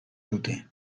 dute